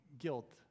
guilt